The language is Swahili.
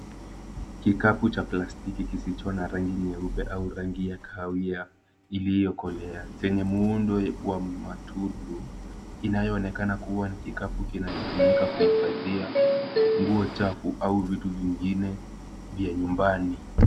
Kikapu cha plastiki kisicho na rangi nyeupe au rangi ya kahawia, iliyokolea. Chenye muundo wa matundu, inayoonekana kuwa ni kikapu kinachotumika kuhifadhia nguo chafu au vitu vingine vya nyumbani.